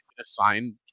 assign